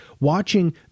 watching